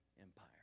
Empire